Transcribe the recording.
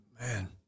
man